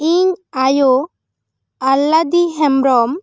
ᱤᱧ ᱟᱭᱳ ᱟᱞᱞᱟᱫᱤ ᱦᱮᱢᱵᱨᱚᱢ